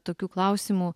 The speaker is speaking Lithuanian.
tokių klausimų